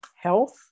health